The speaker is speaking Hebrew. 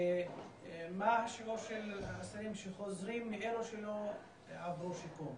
ומה השיעור של האסירים שחוזרים מאלה שלא עברו שיקום.